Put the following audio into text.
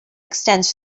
extends